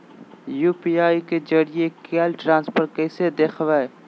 UPI के जरिए कैल ट्रांजेक्शन कैसे देखबै?